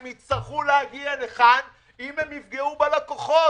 הם יצטרכו להגיע לכאן אם הם יפגעו בלקוחות,